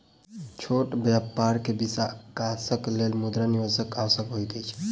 छोट व्यापार के विकासक लेल मुद्रा निवेशकक आवश्यकता होइत अछि